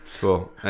Cool